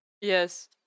Yes